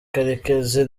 karekezi